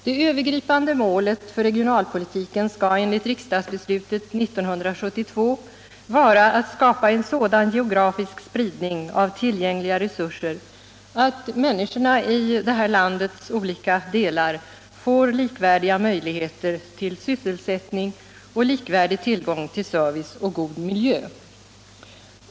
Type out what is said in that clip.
Det övergripande målet för regionalpolitiken skall enligt riksdagsbeslutet 1972 vara att skapa en sådan geografisk spridning av tillgängliga resurser att människorna i landets olika detar får likvärdiga möjligheter till sysselsättning och likvärdig tillgång till service och god miljö.